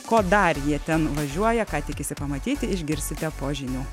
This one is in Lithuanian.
ko dar jie ten važiuoja ką tikisi pamatyti išgirsite po žinių